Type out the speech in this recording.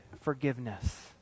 forgiveness